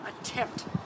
attempt